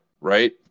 right